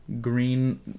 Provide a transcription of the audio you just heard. green